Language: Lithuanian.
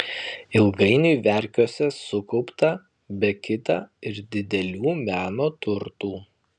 ilgainiui verkiuose sukaupta be kita ir didelių meno turtų